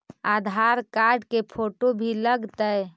आधार card के photo भी लग तै?